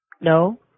No